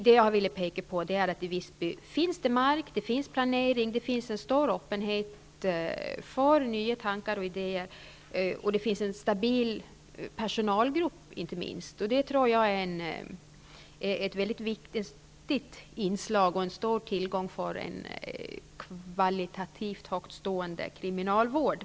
Det jag ville peka på är att det i Visby finns mark, planering, en stor öppenhet för nya tankar och idéer och inte minst en stabil personalgrupp, vilket jag tror är ett mycket viktigt inslag och en stor tillgång för en kvalitativt högtstående kriminalvård.